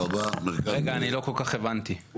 אני לא כל כך הבנתי.